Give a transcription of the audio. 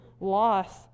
loss